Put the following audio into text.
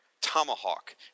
Tomahawk